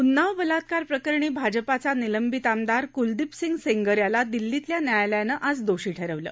उन्नाव बलात्कार प्रकरणी भाजपाचा निलंबित आमदार कुलदीप सिंग सेंगर याला दिल्लीतल्या न्यायालयानं आज दोषी ठरवलं